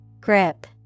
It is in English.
grip